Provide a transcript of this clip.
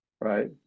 right